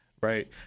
right